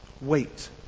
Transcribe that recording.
Wait